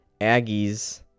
Aggies